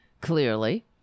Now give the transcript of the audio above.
clearly